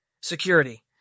Security